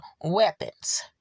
weapons